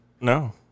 no